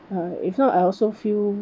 uh if not I also feel